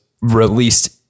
released